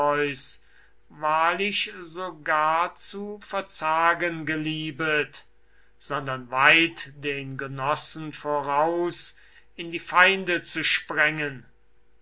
wahrlich so gar zu verzagen geliebet sondern weit den genossen voraus in die feinde zu sprengen